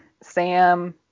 Sam